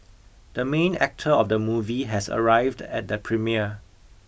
the main actor of the movie has arrived at the premiere